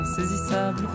insaisissable